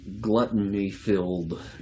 gluttony-filled